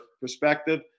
perspective